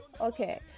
Okay